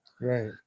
right